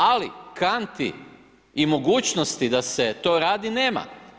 Ali kanti i mogućnosti da se to radi, nema.